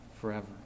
forever